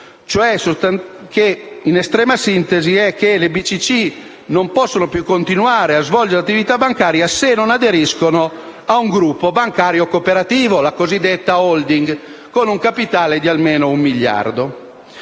cui, in estrema sintesi, le BCC non possono più continuare a svolgere attività bancaria se non aderiscono a un gruppo bancario cooperativo, la cosiddetta *holding*, che abbia un capitale di almeno un miliardo.